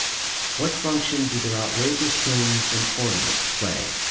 what function do their outrageous plumes and ornaments play?